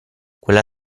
quella